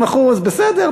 בסדר,